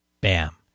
bam